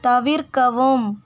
தவிர்க்கவும்